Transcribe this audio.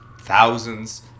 thousands